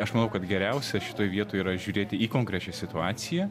aš manau kad geriausia šitoj vietoj yra žiūrėti į konkrečią situaciją